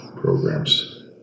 programs